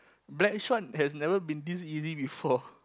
Blackshot has never been this easy before